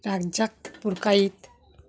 Razzak Purkait